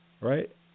right